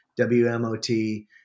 WMOT